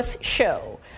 show